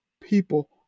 People